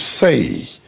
say